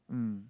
mm